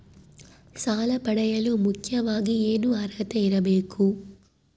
ಸಾಲ ಪಡೆಯಲು ಮುಖ್ಯವಾಗಿ ಏನು ಅರ್ಹತೆ ಇರಬೇಕು?